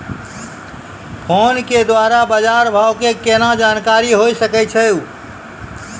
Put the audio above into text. Phone के द्वारा बाज़ार भाव के केना जानकारी होय सकै छौ?